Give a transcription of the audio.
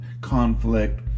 conflict